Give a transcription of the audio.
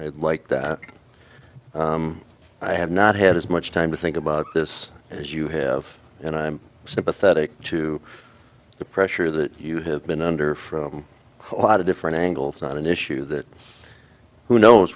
i'd like that i have not had as much time to think about this as you have and i'm sympathetic to the pressure that you have been under from a lot of different angles on an issue that who knows